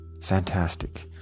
fantastic